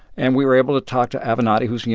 and we were able to talk to avenatti, who's, you